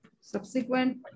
subsequent